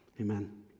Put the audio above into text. amen